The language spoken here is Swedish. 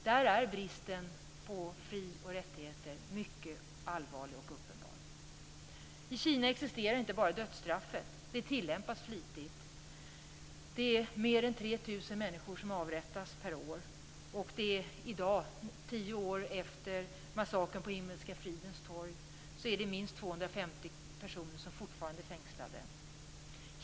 Där är bristen på fri och rättigheter mycket allvarlig och uppenbar. I Kina inte bara existerar dödsstraffet; det tillämpas också flitigt. Det är mer än 3 000 människor som avrättas per år, och det är i dag, tio år efter massakern på Himmelska fridens torg, minst 250 personer som fortfarande sitter fängslade.